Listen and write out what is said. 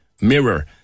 mirror